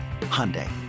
Hyundai